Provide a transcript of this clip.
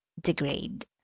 degrade